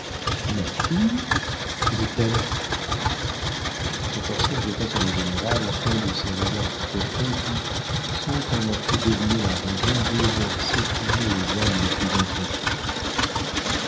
ma fille où est-elle le corsaire jeta sur le général un de ces regards profonds qui sans qu'on en pût deviner la raison bouleversaient toujours les âmes les plus intrépides